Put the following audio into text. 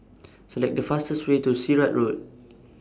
Select The fastest Way to Sirat Road